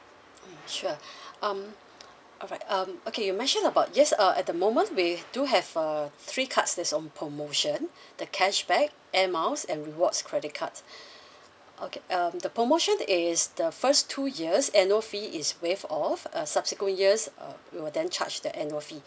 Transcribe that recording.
mm sure um alright um okay you mentioned about yes uh at the moment we do have uh three cards that's on promotion the cashback air miles and rewards credit card okay um the promotion is the first two years annual fee is waived off uh subsequent years uh we will then charge the annual fee